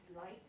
light